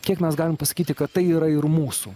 kiek mes galim pasakyti kad tai yra ir mūsų